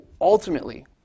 ultimately